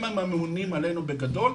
הם הממונים עלינו בגדול,